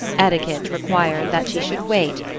etiquette required that she should wait,